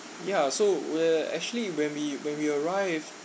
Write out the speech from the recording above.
yeah so whe~ actually when we when we arrive